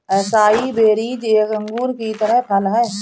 acai berries एक अंगूर की तरह फल हैं